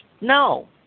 No